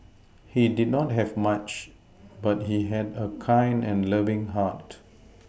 he did not have much but he had a kind and loving heart